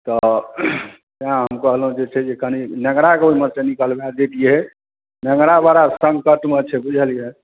तऽ तैँ हम कहलहुँ जे छै कनी नेङ्गराकेँ ओहिमे सँ निकलबा दैतियै नेङ्गरा बड़ा सङ्कटमे छै बुझलियै